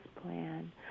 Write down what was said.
plan